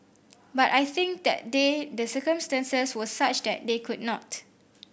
but I think that day the circumstances were such that they could not